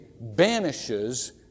banishes